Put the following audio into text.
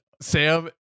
Sam